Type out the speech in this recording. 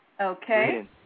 Okay